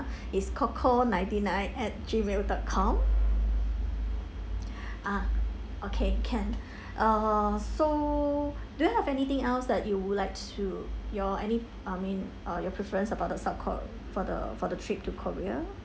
it's coco ninety nine at gmail dot com ah okay can uh so do you have anything else that you would like to your any I mean uh your preference about the south ko~ for the for the trip to korea